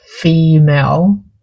female